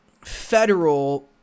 federal